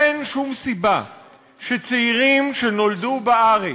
אין שום סיבה שצעירים שנולדו בארץ,